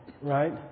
right